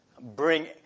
bring